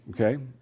okay